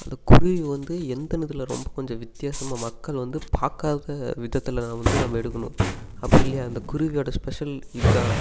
அந்த குருவி வந்து எந்தனுதில் ரொம்ப கொஞ்சம் வித்யாசமாக மக்கள் வந்து பார்க்காத விதத்தில் நான் வந்து நம்ம எடுக்கணும் அப்படி இல்லையா இந்த குருவியோடய ஸ்பெஷல் இதான்